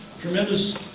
tremendous